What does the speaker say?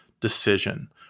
decision